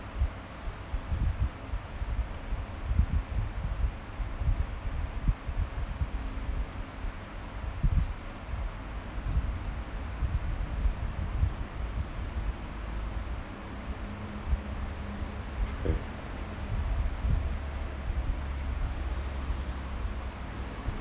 eh